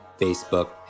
Facebook